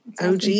OG